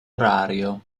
orario